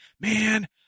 man